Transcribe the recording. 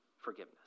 forgiveness